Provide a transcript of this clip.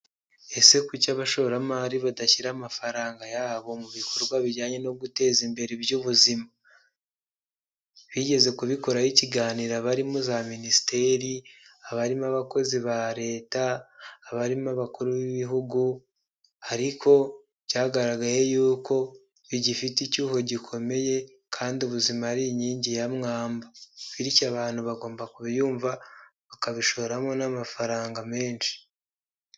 Ese kuki abashoramari badashyira amafaranga yabo mu bikorwa bijyanye no guteza imbere iby'ubuzima, bigeze kubikoraho ikiganiro, barimo za minisiteri, abarimo abakozi ba leta, abarimo abakuru b'ibihugu, ariko cyagaragaye yuko bigifite icyuho gikomeye, kandi ubuzima ari inkingi ya mwamba, bityo abantu bagomba kuyumva, bakabishoramo n'amafaranga menshi.